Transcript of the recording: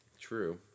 True